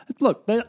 Look